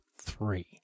three